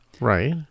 Right